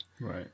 Right